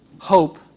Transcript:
hope